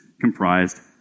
comprised